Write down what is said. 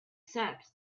sex